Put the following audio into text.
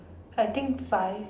I think five